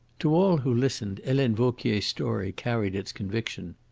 to all who listened helene vauquier's story carried its conviction.